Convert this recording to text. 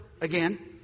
again